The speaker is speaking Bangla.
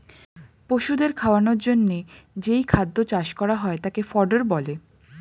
পশুদের খাওয়ানোর জন্যে যেই খাদ্য চাষ করা হয় তাকে ফডার বলে